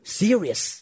serious